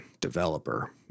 developer